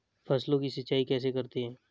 फसलों की सिंचाई कैसे करते हैं?